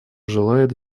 желает